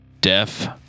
deaf